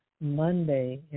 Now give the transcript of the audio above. Monday